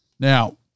Now